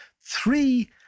Three